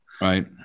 Right